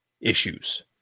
issues